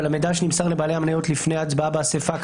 אבל המידע שנמסר לבעלי המניות לפני הצבעה באסיפה הכללית,